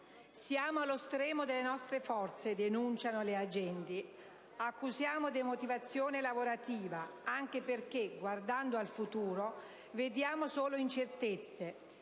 «Siamo allo stremo delle nostre forze.» - denunciano le agenti - «Accusiamo demotivazione lavorativa, anche perché, guardando al futuro, vediamo solo incertezze,